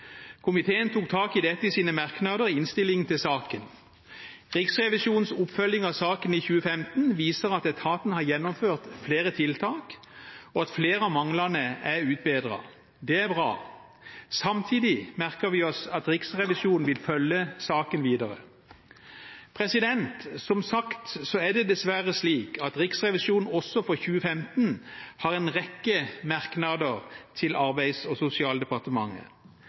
Komiteen tok tak i dette i sine merknader i innstillingen til saken. Riksrevisjonens oppfølging av saken i 2015 viser at etaten har gjennomført flere tiltak, og at flere av manglene er utbedret. Det er bra. Samtidig merker vi oss at Riksrevisjonen vil følge saken videre. Som sagt er det dessverre slik at Riksrevisjonen også for 2015 har en rekke merknader til Arbeids- og sosialdepartementet.